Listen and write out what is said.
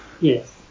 Yes